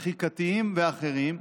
תחיקתיים ואחרים,